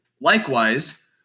Likewise